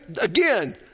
again